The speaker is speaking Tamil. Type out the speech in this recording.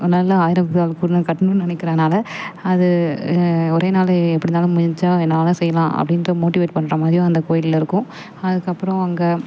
நாளில் ஆயிரங்கால் தூணை கட்டணுன்னு நினக்கிறதுனால அது ஒரே நாளில் எப்படி இருந்தாலும் முடிஞ்சால் என்ன வேணுணாலும் செய்யலாம் அப்படின்ட்டு மோட்டிவேட் பண்ணுற மாதிரியும் அந்த கோவில்ல இருக்கும் அதுக்கப்புறம் அங்கே